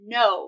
no